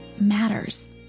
matters